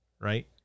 right